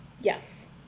Yes